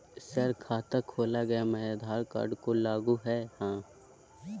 Sir खाता खोला गया मैं आधार कार्ड को लागू है हां?